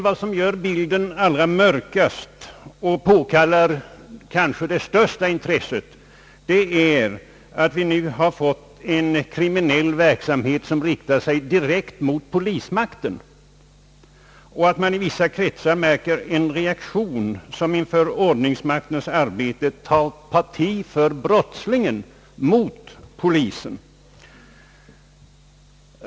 Vad som gör bilden allra mörkast och kanske påkallar det största intresset är att vi nu har fått en kriminell verksamhet, som riktar sig direkt mot polismakten, och att man i vissa kretsar märker en reaktion att inför ordningsmaktens arbete ta parti för brottslingen mot polisen.